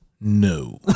No